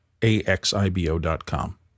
AXIBO.com